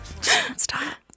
Stop